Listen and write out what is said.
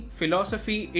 philosophy